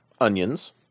onions